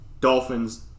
Dolphins